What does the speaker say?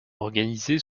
organisées